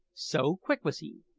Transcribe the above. so quick was he,